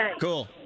Cool